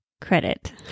credit